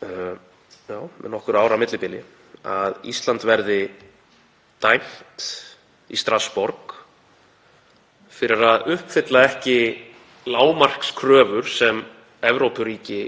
með nokkurra ára millibili, að Ísland verði dæmt í Strassborg fyrir að uppfylla ekki lágmarkskröfur sem Evrópuríki